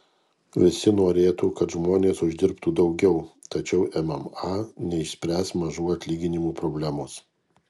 visi norėtų kad žmonės uždirbtų daugiau tačiau mma neišspręs mažų atlyginimų problemos